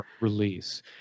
release